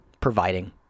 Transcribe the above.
providing